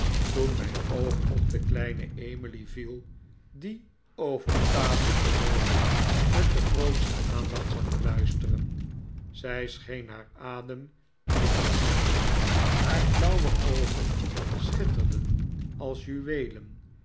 toen mijn oog op de kleine emily viel die over de tafel gebogen met de grootste aandacht zat te luisteren zij scheen haar adem in te houden haar blauwe oogen schitterden als